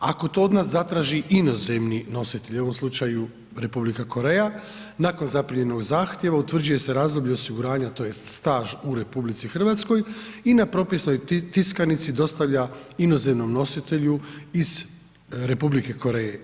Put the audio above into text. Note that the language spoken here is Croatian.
Ako to od nas zatraži inozemni nositelj u ovom slučaju Republika Koreja, nakon zaprimljenog zahtjeva utvrđuje se razdoblje osiguranja tj. staž u RH i na propisanoj tiskanici dostavlja inozemnom nositelju iz Republike Koreje.